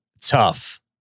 Tough